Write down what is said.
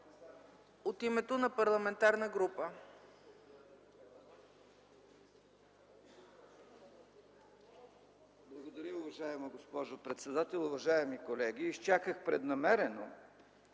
От името на парламентарна група!